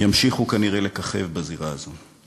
ימשיכו כנראה לככב בזירה הזאת.